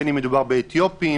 בין אם מדובר באתיופים,